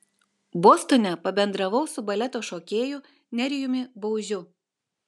bostone pabendravau su baleto šokėju nerijumi baužiu